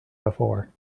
before